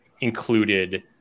included